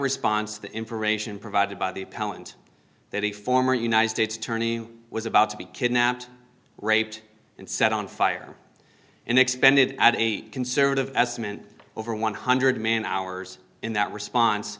response to the information provided by the appellant that a former united states attorney was about to be kidnapped raped and set on fire and expended at a conservative estimate over one hundred man hours in that response